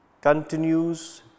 continues